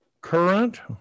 current